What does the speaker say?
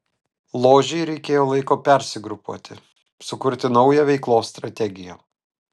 ložei reikėjo laiko persigrupuoti sukurti naują veiklos strategiją